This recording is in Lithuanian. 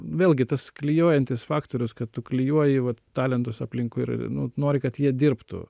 vėlgi tas klijuojantis faktorius kad tu klijuoji vat talentus aplinkui ir nu nori kad jie dirbtų